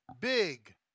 Big